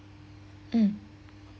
mm